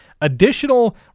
Additional